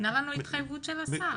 ניתנה לנו התחייבות של השר.